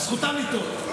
זכותם לטעות.